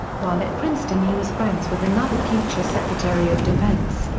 while at princeton he was friends with another future secretary of defense,